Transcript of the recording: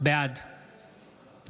בעד